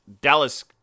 Dallas